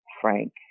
frank